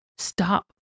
stop